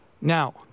Now